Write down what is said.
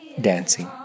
dancing